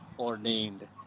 Ordained